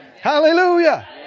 Hallelujah